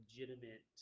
legitimate